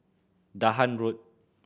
Dahan Road